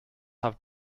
have